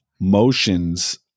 motions